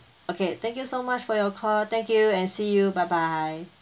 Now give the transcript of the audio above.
okay thank you so much for your call thank you and see you bye bye